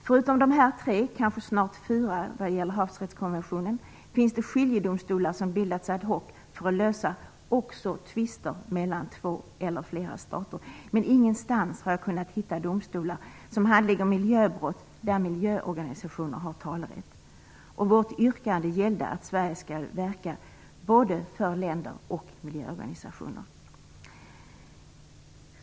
Förutom dessa tre - snart kanske fyra när det gäller havsrättskonventionen - finns det skiljedomstolar som bildats ad hoc för att lösa också tvister mellan två eller flera stater. Men ingenstans har jag kunnat hitta domstolar som handlägger miljöbrott där miljöorganisationer har talerätt. Vårt yrkande gäller att Sverige skall verka för både länder och miljöorganisationer.